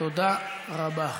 תודה רבה.